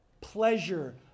pleasure